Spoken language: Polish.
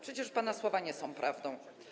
Przecież pana słowa nie są prawdą.